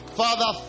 father